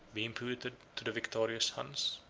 be imputed to the victorious huns.